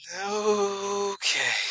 Okay